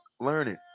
learning